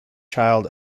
child